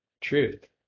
truth